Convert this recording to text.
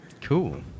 Cool